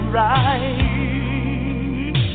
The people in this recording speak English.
right